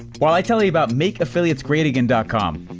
while i tell you about makeaffiliatesgreatagain and com.